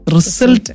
Result